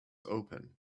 open